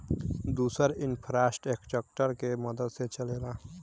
दुसर इन्फ़्रास्ट्रकचर के मदद से चलेला